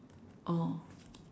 orh